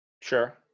Sure